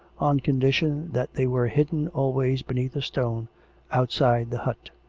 on condition that they were hidden always beneath a stone outside the hut.